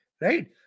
right